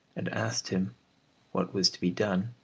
and asked him what was to be done,